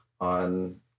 on